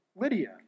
Lydia